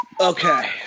Okay